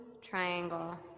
triangle